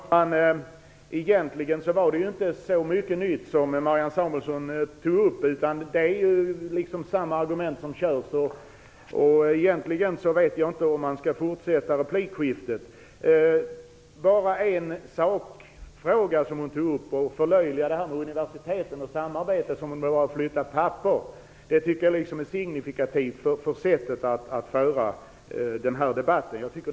Fru talman! Egentligen var det inte särskilt mycket nytt som Marianne Samuelsson tog upp, utan det är samma argument som återkommer. Och egentligen vet jag inte om jag skall fortsätta replikskiftet. Men en sakfråga vill jag kommentera. Marianne Samuelsson förlöjligade det här med universiteten och samarbetet. Det skulle bara handla om att flytta papper. Jag tycker att det är signifikativt för det sätt på vilket den här debatten förs.